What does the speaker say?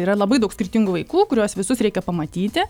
yra labai daug skirtingų vaikų kuriuos visus reikia pamatyti